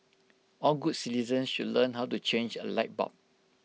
all good citizens should learn how to change A light bulb